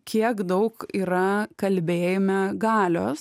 kiek daug yra kalbėjime galios